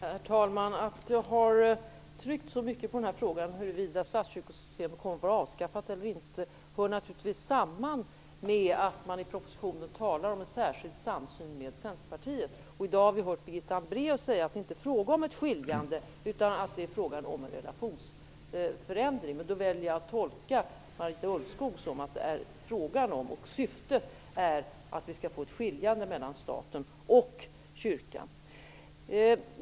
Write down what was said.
Herr talman! Att jag har tryckt på så mycket i frågan huruvida statskyrkosystemet kommer att avskaffas eller inte hör naturligtvis samman med att man i propositionen talar om en särskild samsyn med Centerpartiet. I dag har vi hört Birgitta Hambraeus säga att det inte är fråga om ett skiljande utan om en relationsförändring. Då vill jag tolka Marita Ulvskog så att syftet är att få ett skiljande mellan staten och kyrkan.